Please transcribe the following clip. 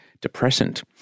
depressant